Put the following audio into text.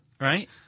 right